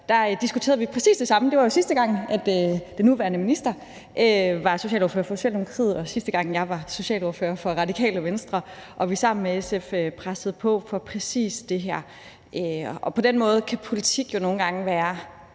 diskuterede vi præcis det samme. Det var, sidste gang den nuværende minister var socialordfører for Socialdemokratiet, og sidste gang jeg var socialordfører for Radikale Venstre. Og sammen med SF pressede vi på for præcis det her. På den måde kan politik jo nogle gange være